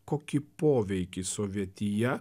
kokį poveikį sovetija